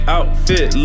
Outfit